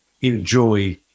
enjoy